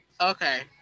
Okay